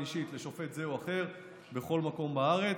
אישית לשופט זה או אחר בכל מקום בארץ.